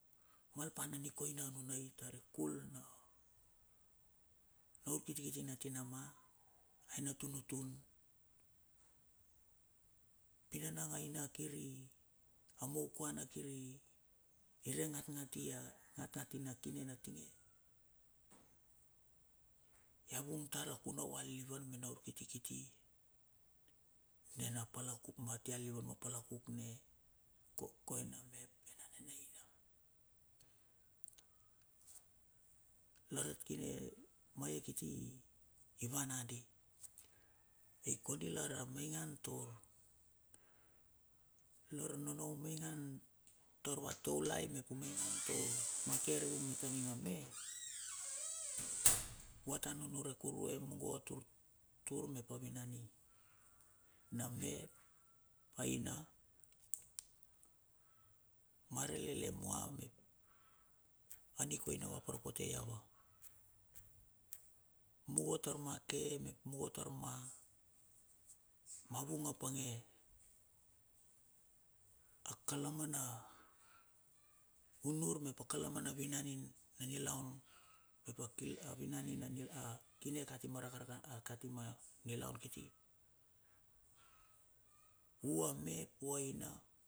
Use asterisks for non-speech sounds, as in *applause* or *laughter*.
Mal pa na nikoina nu na i tar i kul na. Na urkiti kiti na tinama, ai na tunutun. Inanang aina kir i a moukuana kir i, i re ngat ngat ia ngat ngat i na kine tinge ya vung tar a kuna va lilivan me na ur kiti kiti nena palakuk ma tia lilivan ma palakuk ne kokoina mep enane nei ina. Larat kire ma e kiti i van nadi. Ei kondi lar a maingan tour, lar na no umaingan tar va taulai mep *noise* maingan tor ma ke arivang me ta ning a me. *noise* Va ta nunure kurue mungo turtur mep ap inan i, na me aina. Ma rilele mua mep, a nikoina ap para pote i ava. Mugo tar ma ke mep mugo tar ma, ma vung ap pange a kalamana unur mmep a kala mana vina ing na nilaun, mep a kil *noise* a vinan i na nil a *hesitation* kine kati mara kar *hesitation* a kati ma nilaun kiti, u amep u aina.